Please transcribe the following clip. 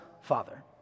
Father